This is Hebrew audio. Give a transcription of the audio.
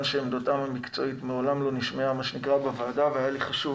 שעמדתם המקצועית מעולם לא נשמעה בוועדה והיה לי חשוב